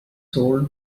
sold